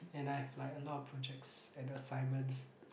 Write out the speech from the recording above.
and I have like a lot of projects and assignments